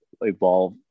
evolve